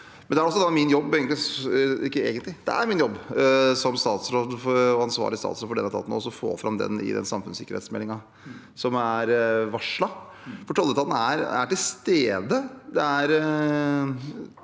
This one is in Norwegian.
Det er min jobb som ansvarlig statsråd for tolletaten å få den fram i den samfunnssikkerhetsmeldingen som er varslet. For tolletaten er til stede.